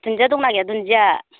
दुन्दिया दं ना गैया दुन्दिया